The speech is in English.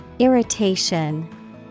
Irritation